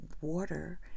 water